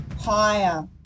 higher